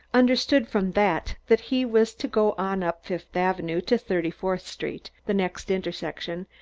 understood from that that he was to go on up fifth avenue to thirty-fourth street, the next intersection,